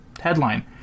Headline